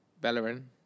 Bellerin